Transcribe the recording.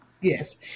Yes